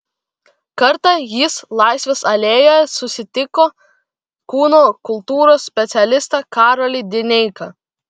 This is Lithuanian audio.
kartą jis laisvės alėjoje susitiko kūno kultūros specialistą karolį dineiką